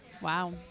Wow